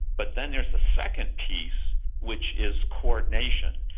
but then there's a second piece which is coordination.